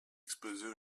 exposées